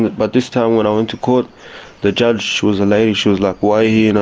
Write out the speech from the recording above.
but this time when i went to court the judge was a lady, she was like, why you know